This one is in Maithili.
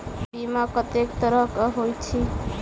बीमा कत्तेक तरह कऽ होइत छी?